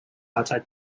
outside